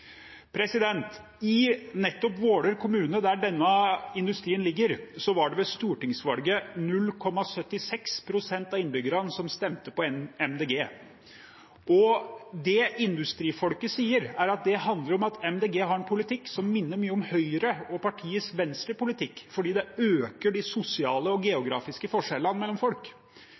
I nettopp Våler kommune, der denne industrien ligger, var det ved stortingsvalget 0,76 pst. av innbyggerne som stemte på Miljøpartiet De Grønne. Det industrifolket sier, er at det handler om at Miljøpartiet De Grønne har en politikk som minner mye om Høyre og Venstres politikk, fordi den øker de sosiale og geografiske forskjellene mellom folk.